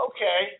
Okay